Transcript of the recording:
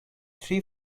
three